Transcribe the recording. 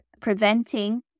preventing